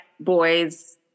boy's